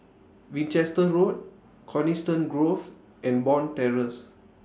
Winchester Road Coniston Grove and Bond Terrace